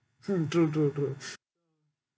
mm true true true